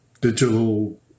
digital